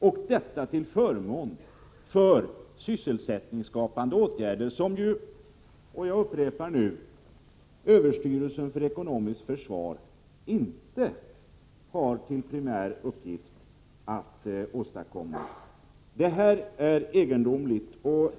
Det gör man för att åstadkomma sysselsättningsskapande åtgärder, vilket — jag upprepar detta — inte är en primär uppgift för överstyrelsen för ekonomiskt försvar. Argumenteringen är egendomlig.